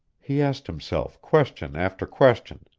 he asked himself question after question,